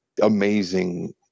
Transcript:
amazing